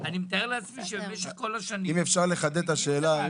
אני מתאר לעצמי שבמשך כל השנים הם הגיעו עם איזה משהו.